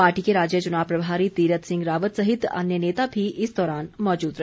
party के राज्य चुनाव प्रभारी तीरथ सिंह रावत सहित अन्य नेता भी इस दौरान मौजूद रहे